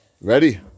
Ready